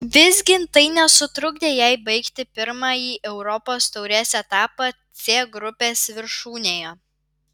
visgi tai nesutrukdė jai baigti pirmąjį europos taurės etapą c grupės viršūnėje